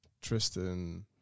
Tristan